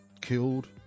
killed